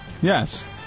Yes